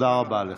תודה רבה לך.